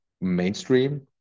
mainstream